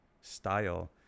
style